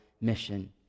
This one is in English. mission